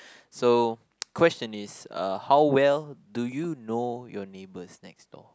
so question is uh how well do you know your neighbours next door